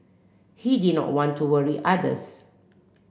he did not want to worry others